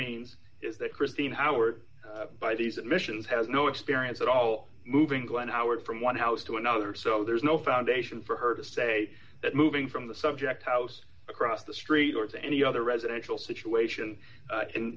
means is that christine howard by these admissions has no experience at all moving glen howard from one house to another so there's no foundation for her to say that moving from the subjects house across the street or to any other residential situation